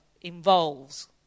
involves